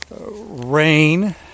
rain